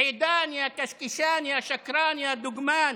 עידן, יא קשקשן, יא שקרן, יא דוגמן,